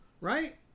right